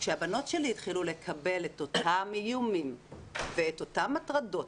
כשהבנות שלי התחילו לקבל את אותם איומים ואת אותן הטרדות